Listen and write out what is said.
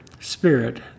Spirit